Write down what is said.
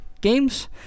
games